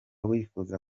wifuza